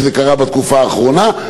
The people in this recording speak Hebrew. שזה קרה בתקופה האחרונה,